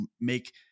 make